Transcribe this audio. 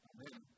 Amen